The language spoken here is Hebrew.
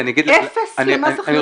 אפס מס הכנסה?